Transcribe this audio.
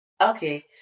Okay